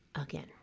again